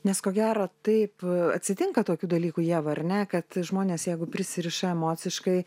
nes ko gero taip atsitinka tokių dalykų ieva ar ne kad žmonės jeigu prisiriša emociškai